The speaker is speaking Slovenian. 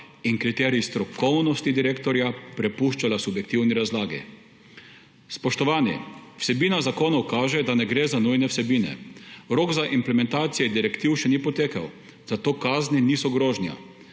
in kriterij strokovnosti direktorja prepuščala subjektivni razlagi. Spoštovani! Vsebina zakonov kaže, da ne gre za nujne vsebine. Rok za implementacijo direktiv še ni potekel, zato kazni niso grožnja.